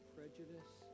Prejudice